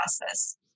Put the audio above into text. process